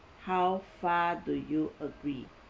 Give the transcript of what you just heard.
how far do you agree